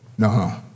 No